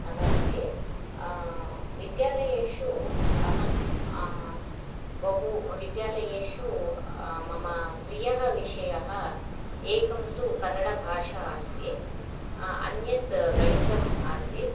नमस्ते विद्यालयेषु अहं बहुविद्यालयेषु मम प्रियः विषयः एकः तु कन्नडभाषा आसीत् अन्यः गणितम् आसीत्